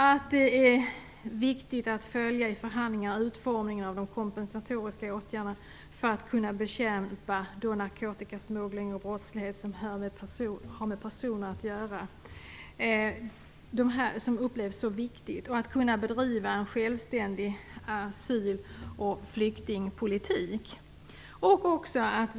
Det är också viktigt att i förhandlingar följa utformningen av de kompensatoriska åtgärderna för att man skall kunna bekämpa narkotikasmuggling och brottslighet som har med personer att göra. Vidare är det viktigt att man kan bedriva en självständig flykting och asylpolitik.